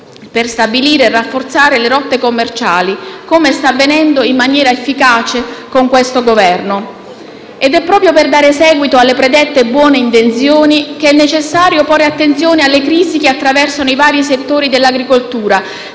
per stabilire e rafforzare le rotte commerciali, come sta avvenendo in maniera efficace con questo Governo. Ed è proprio per dare seguito alle predette buone intenzioni che è necessario porre attenzione alle crisi che attraversano i vari settori dell'agricoltura,